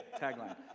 tagline